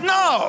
no